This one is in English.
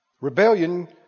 Rebellion